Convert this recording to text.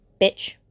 bitch